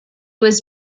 was